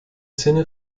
sinne